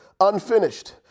Unfinished